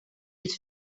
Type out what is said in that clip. els